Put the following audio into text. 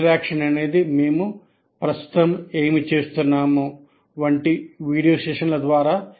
interaction అనేది మేము ప్రస్తుతం ఏమి చేస్తున్నామో వంటి వీడియో సెషన్ల ద్వారా